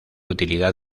utilidad